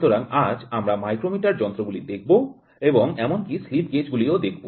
সুতরাংআজ আমরা মাইক্রোমিটার যন্ত্রগুলি দেখব এবং এমনকি স্লিপ গেজ গুলিও দেখব